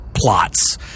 Plots